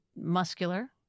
Muscular